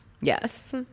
Yes